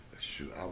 Shoot